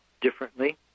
differently